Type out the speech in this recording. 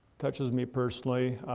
touches me personally.